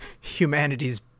Humanity's